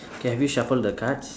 K have you shuffle the cards